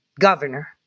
governor